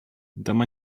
dama